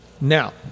Now